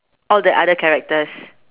all the other characters